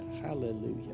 Hallelujah